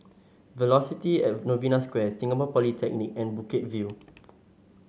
Velocity At Novena Square Singapore Polytechnic and Bukit View